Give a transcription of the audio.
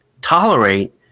tolerate